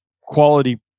quality